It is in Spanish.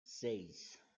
seis